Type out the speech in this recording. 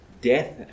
Death